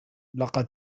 لقد